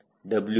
Wf